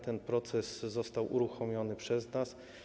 Ten proces został uruchomiony przez nas.